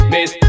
Miss